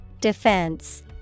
Defense